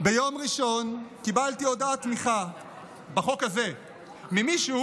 ביום ראשון קיבלתי הודעת תמיכה בחוק הזה ממישהו